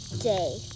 day